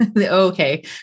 Okay